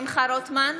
שמחה רוטמן,